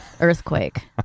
earthquake